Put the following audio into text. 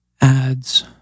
adds